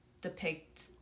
depict